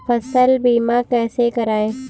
फसल बीमा कैसे कराएँ?